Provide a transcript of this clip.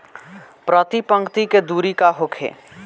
प्रति पंक्ति के दूरी का होखे?